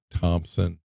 Thompson